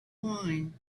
wine